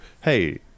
hey